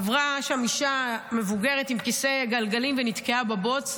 עברה שם אישה מבוגרת עם כיסא גלגלים ונתקעה בבוץ,